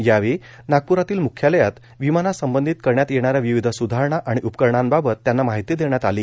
यावेळी नागप्रातील मुख्यालयात विमानांसंबंधीत करण्यात येणाऱ्या विविध स्धारणा आणि उपकरणांबाबत त्यांना माहिती देण्यात आली